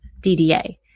DDA